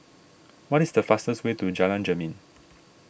what is the fastest way to Jalan Jermin